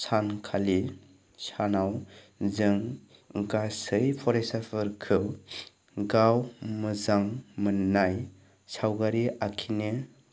सानखालि सानाव जों गासै फरायसाफोरखौ गाव मोजां मोननाय सावगारि आखिनो